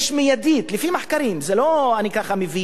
יש מייד, לפי מחקרים, זה לא, אני ככה מביא